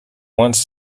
once